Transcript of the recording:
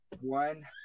one